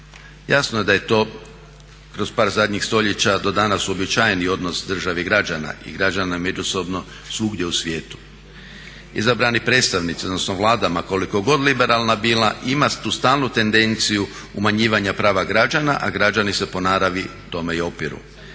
Jasno je da je to kroz par zadnjih stoljeća do danas uobičajeni odnos države i građana i građana međusobno svugdje u svijetu. Izabrani predstavnici, odnosno Vlada ma koliko god liberalna bila ima tu stalnu tendenciju umanjivanja prava građana, a građani se po naravi tome i opiru.